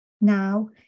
Now